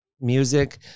music